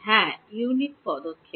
হ্যাঁ ইউনিট পদক্ষেপ